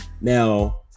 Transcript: Now